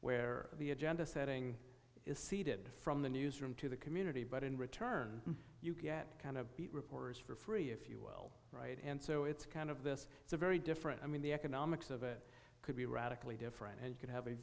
where the agenda setting is seeded from the newsroom to the community but in return you get kind of beat reporters for free if you will right and so it's kind of this it's a very different i mean the economics of it could be radically different it could have a